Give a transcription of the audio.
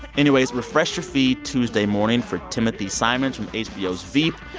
anyways, refresh your feed tuesday morning for timothy simons from hbo's veep.